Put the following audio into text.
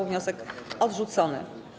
Wniosek odrzucony.